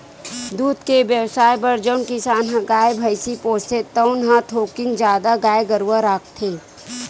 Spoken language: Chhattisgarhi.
दूद के बेवसाय बर जउन किसान ह गाय, भइसी पोसथे तउन ह थोकिन जादा गाय गरूवा राखथे